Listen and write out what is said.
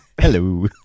Hello